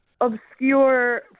obscure